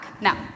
Now